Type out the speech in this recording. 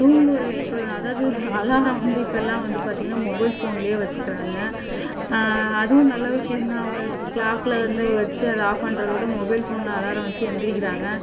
தூங்குகிற எழுப்புறது அதாவது அலாரம் வந்து இப்பெல்லாம் வந்து பார்த்தீங்கன்னா மொபைல் ஃபோனிலே வச்சுக்கிறாங்க அதுவும் நல்ல விஷயம் தான் க்ளாக்கில் வந்து வச்சு அதை ஆஃப் பண்ணுறதோட மொபைல் ஃபோனில் அலாரம் வச்சு எழுந்திரிக்கிறாங்க